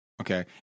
Okay